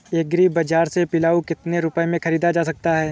Agree बाजार से पिलाऊ कितनी रुपये में ख़रीदा जा सकता है?